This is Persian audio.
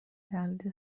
تقلید